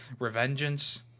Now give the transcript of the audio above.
Revengeance